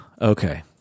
okay